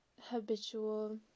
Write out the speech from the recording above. habitual